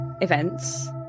events